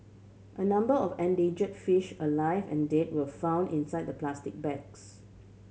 a number of endanger fish alive and dead were found inside the plastic bags